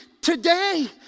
today